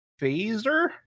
Phaser